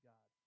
God